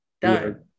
done